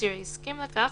והאסיר הסכים לכך,